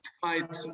fight